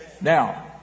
Now